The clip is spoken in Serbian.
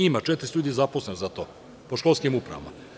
Ima, 400 ljudi je zaposleno za to po školskim upravama.